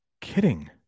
kidding